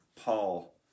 Paul